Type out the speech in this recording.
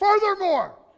Furthermore